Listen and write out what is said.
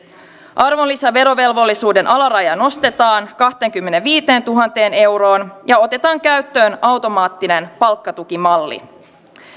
arvonlisäverovelvollisuuden alaraja nostetaan kahteenkymmeneenviiteentuhanteen euroon ja otetaan käyttöön automaattinen palkkatukimalli